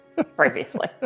Previously